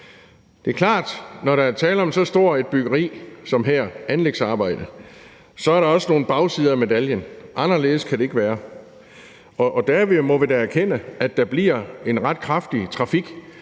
Det er klart, at når der er tale om så stort et anlægsarbejde som her, så er der også en bagside af medaljen. Anderledes kan det ikke være. Og der må vi da erkende, at der bliver en ret kraftig trafik